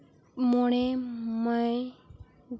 ᱢᱚᱬᱮ ᱢᱮ